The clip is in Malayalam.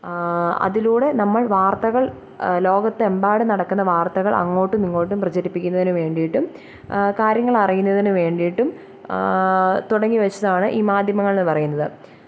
അതിലൂടെ നമ്മള് വാര്ത്തകള് ലോകത്തെമ്പാടും നടക്കുന്ന വാര്ത്തകള് അങ്ങോട്ടും ഇങ്ങോട്ടും പ്രചരിപ്പിക്കുന്നതിന് വേണ്ടിയിട്ടും കാര്യങ്ങൾ അറിയുന്നതിന് വേണ്ടിയി ട്ടും തുടങ്ങി വച്ചതാണ് ഈ മാധ്യമങ്ങളെന്ന് ന്ന് പറയുന്നത്